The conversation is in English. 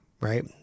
right